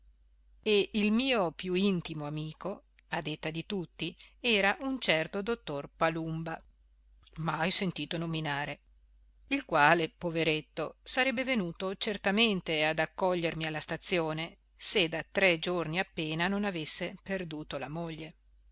e il mio più intimo amico a detta di tutti era un certo dottor palumba mai sentito nominare il quale poveretto sarebbe venuto certamente ad accogliermi alla stazione se da tre giorni appena non avesse perduto la moglie